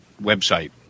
website